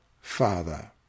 Father